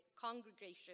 congregation